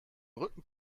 rücken